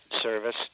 service